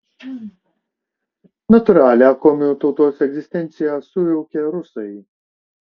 natūralią komių tautos egzistenciją sujaukė rusai